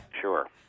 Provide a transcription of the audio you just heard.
sure